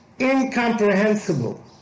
incomprehensible